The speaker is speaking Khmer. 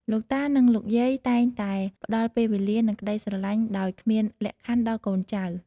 លោកតា និងលោកយាយតែងតែផ្តល់ពេលវេលា និងក្តីស្រលាញ់ដោយគ្មានលក្ខខណ្ឌដល់កូនចៅ។